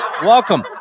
Welcome